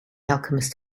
alchemist